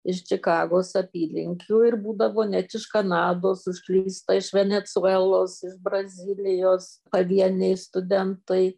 iš čikagos apylinkių ir būdavo net iš kanados užklysta iš venesuelos brazilijos pavieniai studentai